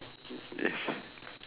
antics yes